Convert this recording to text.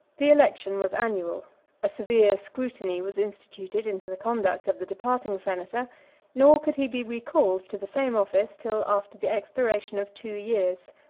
the election was annual a severe scrutiny was instituted into the conduct of the departing senator nor could he be recalled to the same office till after the expiration of two years.